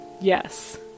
yes